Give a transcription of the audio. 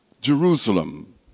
Jerusalem